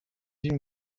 cette